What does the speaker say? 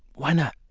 why not?